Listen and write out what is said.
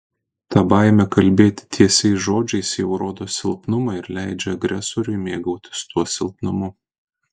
ta baimė kalbėti tiesiais žodžiais jau rodo silpnumą ir leidžia agresoriui mėgautis tuo silpnumu